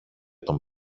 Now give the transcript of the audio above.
τον